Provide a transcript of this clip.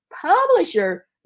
publisher